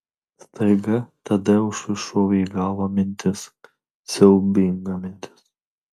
staiga tadeušui šovė į galvą mintis siaubinga mintis